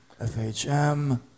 FHM